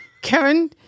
Karen